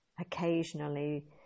Occasionally